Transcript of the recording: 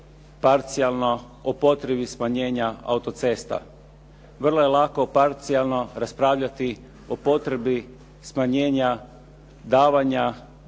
parcijalno o potrebi smanjenja autocesta. Vrlo je lako parcijalno raspravljati o potrebi smanjenja davanja